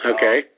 Okay